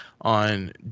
on